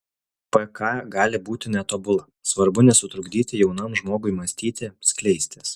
pk gali būti netobula svarbu nesutrukdyti jaunam žmogui mąstyti skleistis